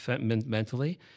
mentally